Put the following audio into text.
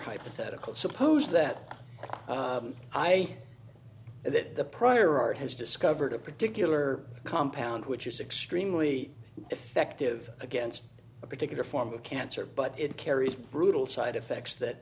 hypothetical suppose that i know that the prior art has discovered a particular compound which is extremely effective against a particular form of cancer but it carries brutal side effects that